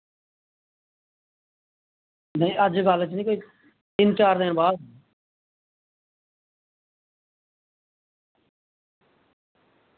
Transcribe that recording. नेईं अज्जकल च नेईं कोई तिन चार दिन बाद